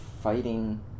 fighting